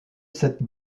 cette